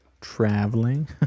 traveling